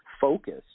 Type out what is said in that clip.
focused